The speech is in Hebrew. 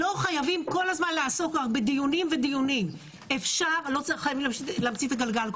לא חייבים כל הזמן לעסוק בדיונים ולא צריך כל הזמן להמציא את הגלגל.